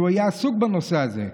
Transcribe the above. כי הוא היה עסוק בנושא הזה.